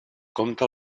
compte